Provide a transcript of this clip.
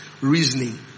reasoning